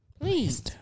please